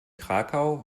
krakau